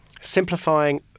simplifying